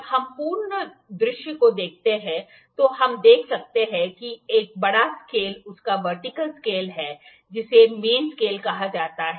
जब हम पूर्ण दृश्य को देखते हैं तो हम देख सकते हैं कि एक बड़ा स्केल उसका वर्टिकल स्केल है जिसे मेन स्केल कहा जाता है